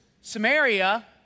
Samaria